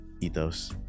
ethos